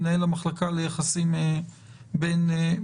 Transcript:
מנהל המחלקה ליחסים בין-לאומיים,